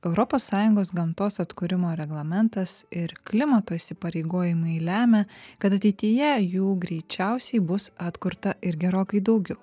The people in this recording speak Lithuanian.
europos sąjungos gamtos atkūrimo reglamentas ir klimato įsipareigojimai lemia kad ateityje jų greičiausiai bus atkurta ir gerokai daugiau